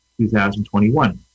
2021